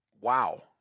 wow